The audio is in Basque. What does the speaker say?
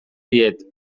diet